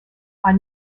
are